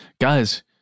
Guys